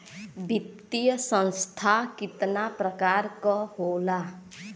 वित्तीय संस्था कितना प्रकार क होला?